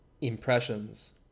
impressions